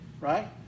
right